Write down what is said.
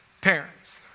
Parents